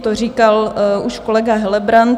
To říkal už kolega Helebrant.